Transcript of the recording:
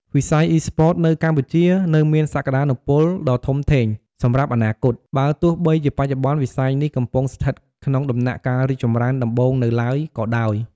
វិស័យ Esports នៅកម្ពុជានៅមានសក្ដានុពលដ៏ធំធេងសម្រាប់អនាគត បើទោះបីជាបច្ចុប្បន្នវិស័យនេះកំពុងស្ថិតក្នុងដំណាក់កាលរីកចម្រើនដំបូងនៅឡើយក៏ដោយ។